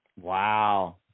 Wow